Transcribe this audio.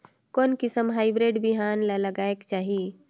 कोन किसम हाईब्रिड बिहान ला लगायेक चाही?